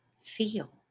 feel